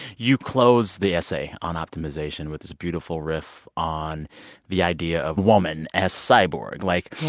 you close the essay on optimization with this beautiful riff on the idea of woman as cyborg. like. yeah.